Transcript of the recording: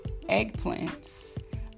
eggplants